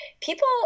people